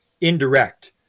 indirect